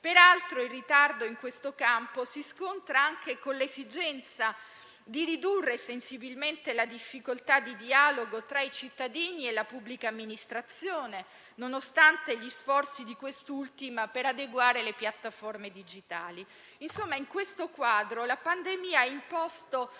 Peraltro, il ritardo in questo campo si scontra anche con l'esigenza di ridurre sensibilmente la difficoltà di dialogo tra i cittadini e la pubblica amministrazione, nonostante gli sforzi di quest'ultima per adeguare le piattaforme digitali. Insomma, in questo quadro la pandemia ha imposto